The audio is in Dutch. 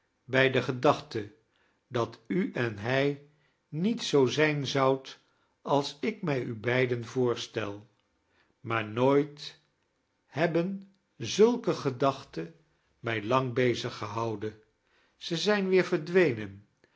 bij de gedachte dat u en hij niet zoo zijn zoudt als ik mij u beiden voorstel maar nooit hebben zulke gedachten mij lang beziggehouden ze zijn weer verdwenea